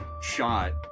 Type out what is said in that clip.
shot